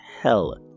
hell